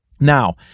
Now